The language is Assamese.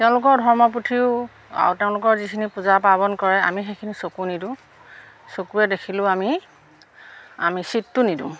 তেওঁলোকৰ ধৰ্মপুথিও আৰু তেওঁলোকৰ যিখিনি পূজা পাৰ্বণ কৰে আমি সেইখিনি চকু নিদিওঁ চকুৱে দেখিলেও আমি আমি চীতটো নিদিওঁ